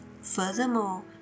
Furthermore